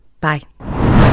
Bye